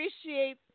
appreciate